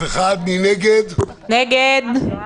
הצבעה